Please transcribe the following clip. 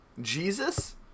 Jesus